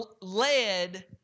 led